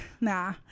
nah